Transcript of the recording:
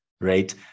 right